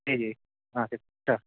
جی جی ہاں جی سر